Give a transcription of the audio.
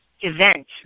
event